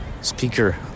speaker